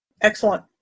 Excellent